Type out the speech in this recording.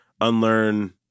unlearn